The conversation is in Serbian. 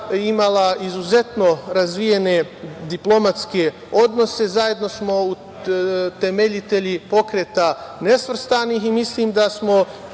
imala izuzetno razvijene diplomatske odnose. Zajedno smo utemeljitelji Pokreta nesvrstanih. Mislim da smo